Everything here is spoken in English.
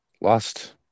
lost